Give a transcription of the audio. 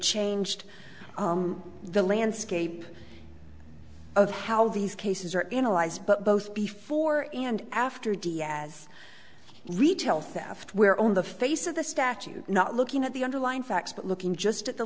changed the landscape of how these cases are in allies but both before and after diaz retail theft where on the face of the statute not looking at the underlying facts but looking just at the